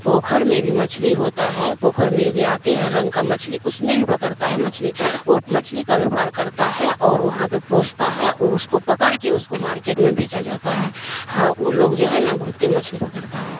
پوکھر میں بھی مچھلی ہوتا ہے پوکھھر میں جو گراتے ہر رنگ کا مچھلی اس میں بھی پکڑتا ہے مچھلی وہ مچھلی کا وپار کرتا ہے اور وہاں پہ پوستا ہے اس کو پکڑ کے اس کو مارکیٹ میں بیچا جاتا ہے ہاں وہ لوگ جو ہے نبھتے مچھلی پکڑتا ہے